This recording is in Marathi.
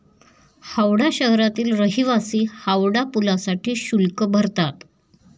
हावडा शहरातील रहिवासी हावडा पुलासाठी शुल्क भरतात